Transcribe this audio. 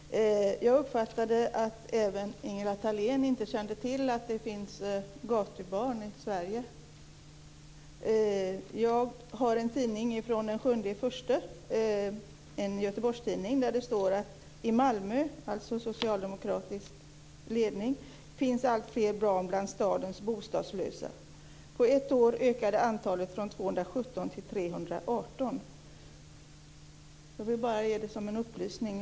Fru talman! Jag uppfattade att inte heller Ingela Thalén känner till att det finns gatubarn i Sverige. Jag kan hänvisa till en Göteborgstidning av den 7 januari, där det står att det i Malmö, som har socialdemokratisk ledning, finns alltfler barn bland stadens bostadslösa. På ett år ökade antalet från 217 till 318. Jag ger det bara som en upplysning.